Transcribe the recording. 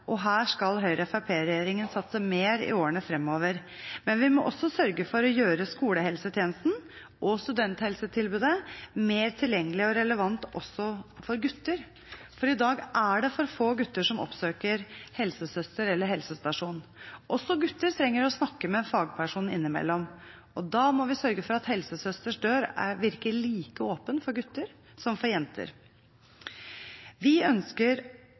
og her skal Høyre–Fremskrittsparti-regjeringen satse mer i årene framover. Men vi må også sørge for å gjøre skolehelsetjenesten og studenthelsetilbudet mer tilgjengelig og relevant også for gutter, for i dag er det for få gutter som oppsøker helsesøster eller helsestasjon. Også gutter trenger å snakke med en fagperson innimellom, og da må vi sørge for at helsesøsters dør virker like åpen for gutter som for jenter. Vi ønsker